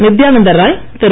Nityanand Rai Thiru